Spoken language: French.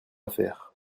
affaires